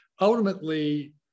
ultimately